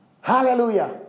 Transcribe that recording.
Hallelujah